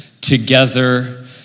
together